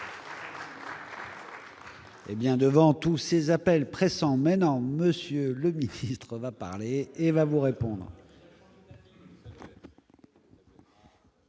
Eh bien, devant tous ces appels pressants, mais non, monsieur le titre va parler et va vous répondre.